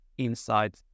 inside